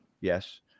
Yes